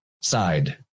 side